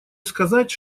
сказать